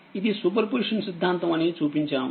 ఇది superposition సిద్ధాంతం అని చూపించాము